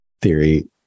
theory